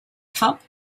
cup